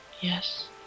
Yes